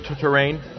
terrain